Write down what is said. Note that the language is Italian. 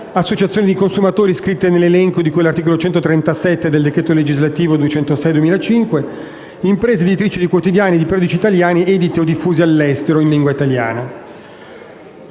associazioni di consumatori iscritte nell'elenco di cui all'articolo 137 del decreto legislativo n. 206 del 2005, imprese editrici di quotidiani e di periodici italiani editi o diffusi all'estero in lingua italiana.